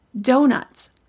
donuts